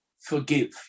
forgive